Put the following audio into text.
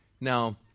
Now